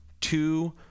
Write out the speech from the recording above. two